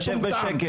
תרנגול קטן, שב בשקט.